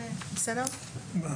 אין